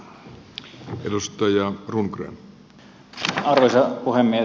arvoisa puhemies